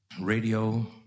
radio